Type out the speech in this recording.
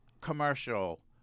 commercial